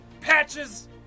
patches